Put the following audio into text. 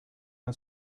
una